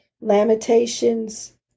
Lamentations